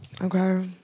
Okay